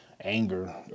anger